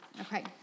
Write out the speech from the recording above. Okay